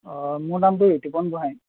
অঁ মোৰ নামটো ঋতুপৰ্ণ গোহাঁই